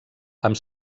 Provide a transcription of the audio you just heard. amb